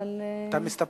אבל, אתה מסתפק?